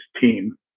team